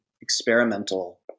experimental